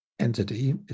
Entity